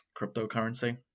Cryptocurrency